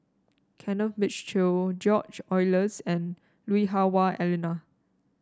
Kenneth Mitchell George Oehlers and Lui Hah Wah Elena